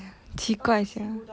奇怪 sia